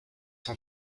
cent